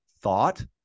thought